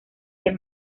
del